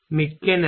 மிக்க நன்றி